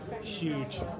huge